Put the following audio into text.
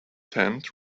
tent